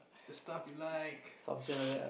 the stuff you like